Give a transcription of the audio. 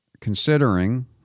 considering